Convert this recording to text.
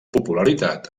popularitat